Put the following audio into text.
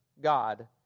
God